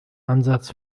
ansatz